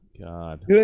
God